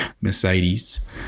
Mercedes